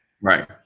Right